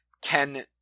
ten